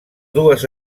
dues